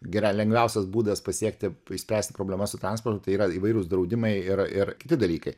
gi yra lengviausias būdas pasiekti išspręsti problemas su transportu tai yra įvairūs draudimai yra ir kiti dalykai